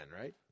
right